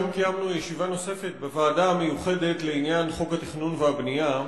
היום קיימנו ישיבה נוספת בוועדה המיוחדת לעניין חוק התכנון והבנייה,